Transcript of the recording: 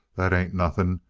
that ain't nothing.